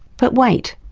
but wait,